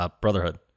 Brotherhood